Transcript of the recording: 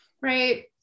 right